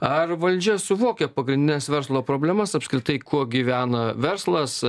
ar valdžia suvokia pagrindines verslo problemas apskritai kuo gyvena verslas